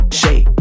shake